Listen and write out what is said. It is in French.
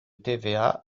tva